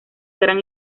gran